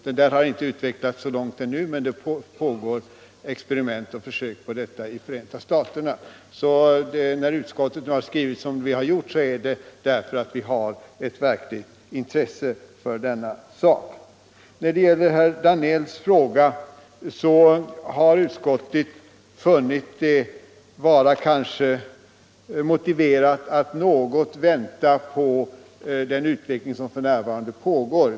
Systemet har inte utvecklats så långt ännu, men det pågår experiment i Förenta staterna. När vi i utskottet har skrivit som vi har gjort är det därför att vi har ett verkligt intresse för denna sak. När det gäller herr Danells fråga vill jag säga att utskottet funnit det vara motiverat att något avvakta den pågående utvecklingen.